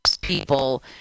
people